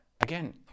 Again